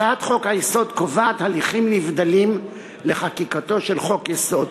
הצעת חוק-היסוד קובעת הליכים נבדלים לחקיקתו של חוק-יסוד,